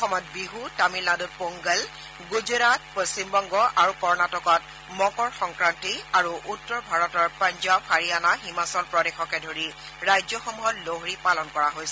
অসমত বিহু তামিলনাড়ত পোংগল গুজৰাট পশ্চিমবংগ আৰু কৰ্ণটিকত মকৰ সংক্ৰান্তি আৰু উত্তৰ ভাৰতৰ পঞ্জাব হাৰিয়ানা হিমাচল প্ৰদেশকে ধৰি ৰাজ্যসমূহত লোহৰি পালন কৰা হৈছে